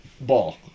Ball